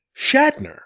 Shatner